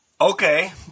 Okay